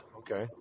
okay